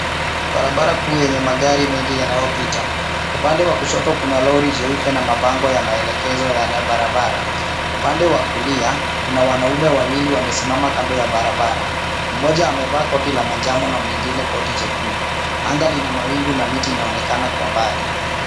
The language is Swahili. Barabara kuu yenye magari mengi yanayopita. Upande wa kushoto kuna lori jeupe na mabango ya maelekezo ya barabara. Upande wa kulia kuna wanaume wawili wamesimama kando ya barabara mmoja amevaa koti ya manjano na mwingine koti jekundu. Angaa lina mawingu na miti inaonekana kwa mbali.